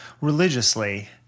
religiously